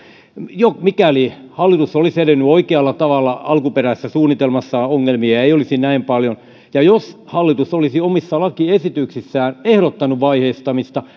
mikäli hallitus olisi edennyt oikealla tavalla alkuperäisessä suunnitelmassa ongelmia ei olisi näin paljon ja jos hallitus olisi omissa lakiesityksissään ehdottanut vaiheistamista